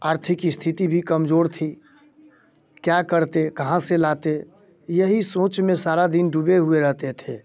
आर्थिक स्थिति भी कमजोर थी क्या करते कहा से लाते यही सोच में सारा दिन डूबे हुए रहते थे